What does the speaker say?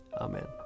Amen